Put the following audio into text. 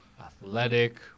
athletic